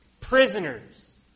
prisoners